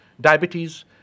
diabetes